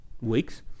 weeks